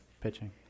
pitching